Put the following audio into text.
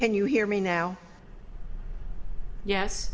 can you hear me now yes